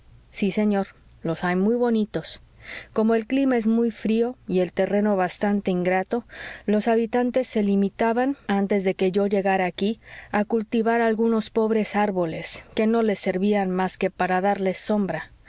sí señor los hay muy bonitos como el clima es muy frío y el terreno bastante ingrato los habitantes se limitaban antes de que yo llegara aquí a cultivar algunos pobres árboles que no les servían más que para darles sombra